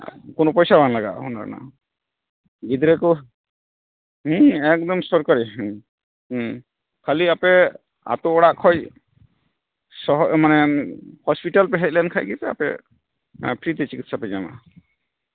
ᱠᱳᱱᱳ ᱯᱚᱭᱥᱟ ᱵᱟᱝ ᱞᱟᱜᱟᱼᱟ ᱚᱱᱟ ᱨᱮᱱᱟᱜ ᱜᱤᱫᱽᱨᱟᱹ ᱠᱚ ᱮᱠᱫᱚᱢ ᱥᱚᱨᱠᱟᱨᱤ ᱠᱷᱟᱹᱞᱤ ᱟᱯᱮ ᱟᱛᱳ ᱚᱲᱟᱜ ᱠᱷᱚᱡ ᱥᱚᱦᱚᱨ ᱢᱟᱱᱮ ᱦᱚᱥᱯᱤᱴᱟᱞ ᱯᱮ ᱦᱮᱡ ᱞᱮᱱᱠᱷᱟᱱ ᱜᱮᱛᱚ ᱟᱯᱮ ᱯᱷᱨᱤ ᱛᱮ ᱪᱤᱠᱤᱛᱥᱟ ᱯᱮ ᱧᱟᱢᱟ